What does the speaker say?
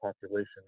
population